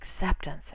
acceptance